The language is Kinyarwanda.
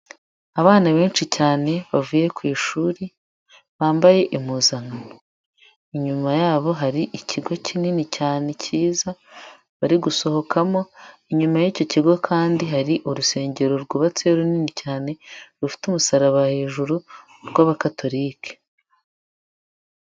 Abana benshi cyane bavuye ku ishuri bambaye impuzankano, inyuma yabo hari ikigo kinini cyane kiza bari gusohokamo, inyuma y'icyo kigo kandi hari urusengero rwubatseyo runini cyane, rufite umusaraba hejuru rw'Abakatolike.